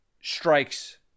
strikes